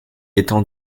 étant